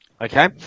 Okay